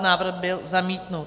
Návrh byl zamítnut.